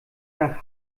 nach